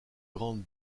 grandes